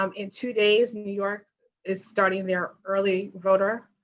um in two days, new york is starting their early voter